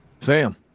Sam